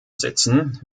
sitzen